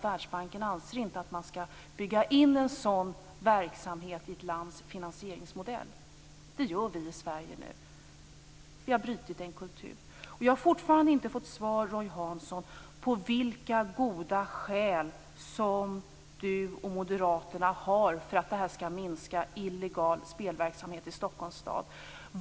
Världsbanken anser inte att man skall bygga in en sådan verksamhet i ett lands finansieringsmodell. Det gör vi i Sverige nu. Vi har brutit med en kultur. Jag har fortfarande inte fått svar, Roy Hansson, på vilka goda skäl som du och Moderaterna har för att det här skall minska illegal spelverksamhet i Stockholms stad.